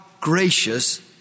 gracious